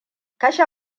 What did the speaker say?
kashe